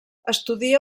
estudia